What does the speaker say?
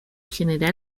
general